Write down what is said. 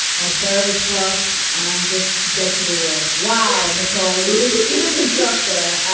my fur is bluffed and i'm just dead to the world. wow. nicole, you did. you did some stuff there.